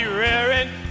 raring